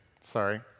Sorry